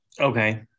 Okay